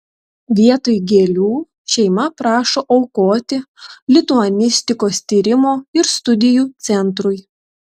vietoj gėlių šeima prašo aukoti lituanistikos tyrimo ir studijų centrui